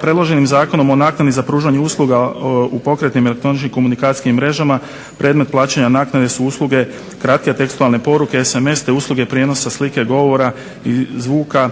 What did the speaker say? Predloženim Zakonom o naknadi za pružanje usluga u pokretnim elektroničkim komunikacijskim mrežama predmet plaćanja naknade su usluge kratke tekstualne poruke SMS te usluge prijenosa slike, govora i zvuka